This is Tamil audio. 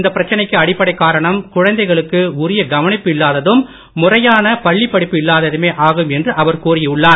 இந்த பிரச்சனைக்கு அடிப்படைக் காரணம் குழந்தைகளுக்கு உரிய கவனிப்பு இல்லாததும் முறையான பள்ளிப்படிப்பு இல்லாத்துமே ஆகும் என்று அவர் கூறி உள்ளார்